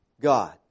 God